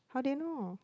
how do you know